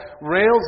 rails